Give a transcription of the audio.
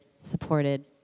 supported